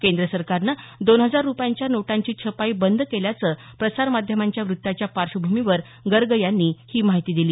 केंद्र सरकारनं दोन हजार रुपयांच्या नोटांची छपाई बंद केल्याचं प्रसारमाध्यामांच्या वृत्ताच्या पार्श्वभूमीवर गर्ग यांनी ही माहिती दिली